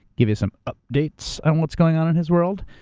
give you some updates on what's going on in his world.